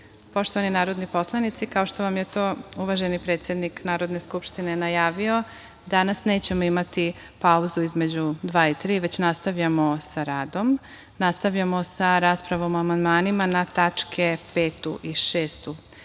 reda. Poštovani narodni poslanici, kao što vam je to uvaženi predsednik Narodne skupštine najavio, danas nećemo imati pauzu između 14.00 i 15.00, već nastavljamo sa radom. Nastavljamo sa raspravom o amandmanima na tačke 5) i 6)